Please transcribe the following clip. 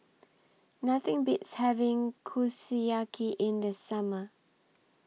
Nothing Beats having Kushiyaki in The Summer